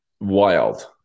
wild